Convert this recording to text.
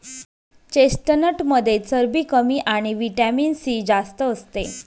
चेस्टनटमध्ये चरबी कमी आणि व्हिटॅमिन सी जास्त असते